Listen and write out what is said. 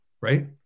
Right